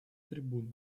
трибуну